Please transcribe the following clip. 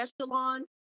echelon